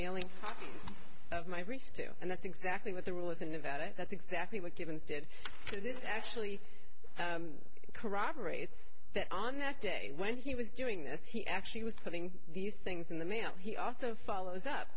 mailing of my research to and that's exactly what the rule isn't about it that's exactly what givens did this actually corroborates that on that day when he was doing this he actually was putting these things in the mail he also follows up